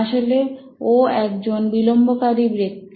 আসলে ও একজন বিলম্বকারী ব্যক্তি